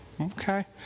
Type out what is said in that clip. Okay